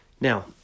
Now